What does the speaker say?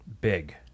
big